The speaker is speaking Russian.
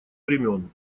времён